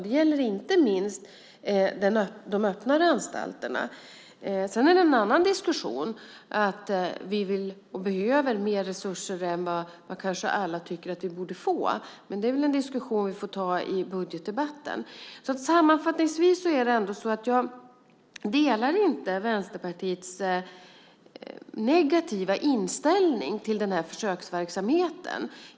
Det gäller inte minst de öppnare anstalterna. Sedan är det en annan diskussion att vi behöver mer resurser än vad alla kanske tycker att vi borde få. Men det är en diskussion vi får ta i budgetdebatten. Sammanfattningsvis delar jag inte Vänsterpartiets negativa inställning till försöksverksamheten.